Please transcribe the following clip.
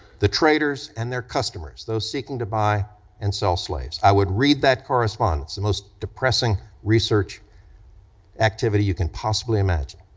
the traders and their customers, those seeking to buy and sell slaves. i would read that correspondence, the most depressing research activity you can possibly imagine.